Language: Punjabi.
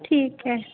ਠੀਕ ਹੈ